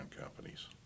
companies